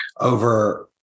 over